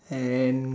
and